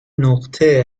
نقطه